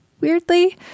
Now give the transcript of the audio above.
weirdly